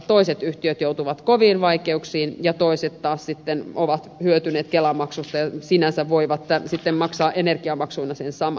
toiset yhtiöt joutuvat koviin vaikeuksiin ja toiset taas sitten ovat hyötyneet kelamaksun poistosta ja sinänsä voivat sitten maksaa energiamaksuina sen saman